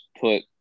put